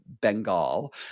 Bengal